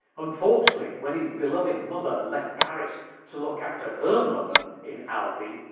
unfortunately, when his beloved mother left paris to look after her mother in albi,